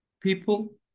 people